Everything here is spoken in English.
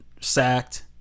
sacked